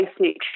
basic